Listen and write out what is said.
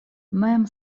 mem